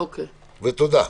תודה.